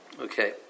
Okay